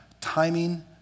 timing